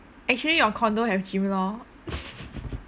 actually your condo have gym lor